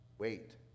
Wait